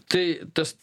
tai tas